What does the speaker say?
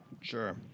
sure